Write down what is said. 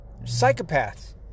Psychopaths